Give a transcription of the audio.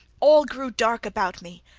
all grew dark about me,